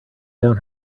down